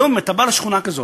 היום אתה בא לשכונה כזאת,